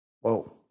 Whoa